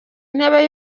intebe